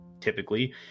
Typically